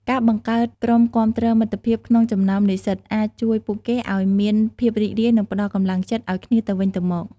ការបង្កើតក្រុមគាំទ្រមិត្តភ័ក្តិក្នុងចំណោមនិស្សិតអាចជួយពួកគេឱ្យមានភាពរីករាយនិងផ្ដល់កម្លាំងចិត្តឱ្យគ្នាទៅវិញទៅមក។